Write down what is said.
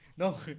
No